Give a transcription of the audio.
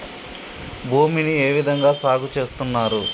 భూమిని ఏ విధంగా సాగు చేస్తున్నారు?